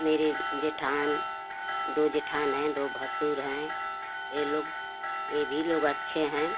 मेरे जेठान दो जेठान हैं दो भसुर हैं ये लोग ये भी लोग अच्छे हैं